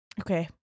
okay